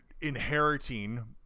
inheriting